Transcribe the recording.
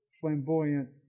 flamboyant